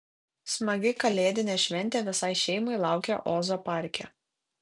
smagi kalėdinė šventė visai šeimai laukia ozo parke